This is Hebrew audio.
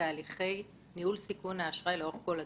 תהליכי ניהול סיכון האשראי לאורך כל הדרך,